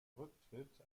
rücktritt